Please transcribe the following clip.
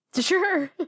Sure